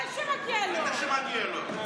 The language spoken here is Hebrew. בוודאי שמגיע לו.